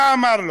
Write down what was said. מה אמר,